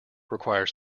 requires